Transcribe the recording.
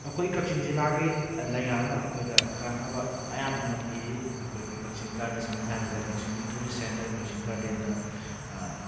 ꯑꯩꯈꯣꯏ ꯀꯛꯆꯤꯡ ꯖꯤꯂꯥꯒꯤ ꯂꯩꯉꯥꯛꯅ ꯑꯩꯈꯣꯏꯗ ꯀꯥꯟꯅꯕ ꯃꯌꯥꯝ ꯑꯃ ꯄꯤꯔꯤ ꯑꯩꯈꯣꯏꯒꯤ ꯀꯛꯆꯤꯡ ꯒꯥꯔꯗꯦꯁꯟ ꯍꯥꯏꯕꯗ ꯀꯛꯆꯤꯡꯒꯤ ꯇꯨꯔꯤꯁ ꯁꯦꯟꯇꯔ ꯀꯛꯆꯤꯡ ꯒꯥꯔꯗꯦꯟꯗ